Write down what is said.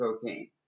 cocaine